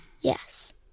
Yes